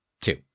two